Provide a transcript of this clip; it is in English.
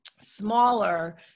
smaller